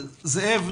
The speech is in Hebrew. זאב,